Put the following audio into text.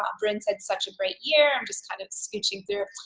um brynn said such a great year i'm just kind of scootching through